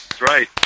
Right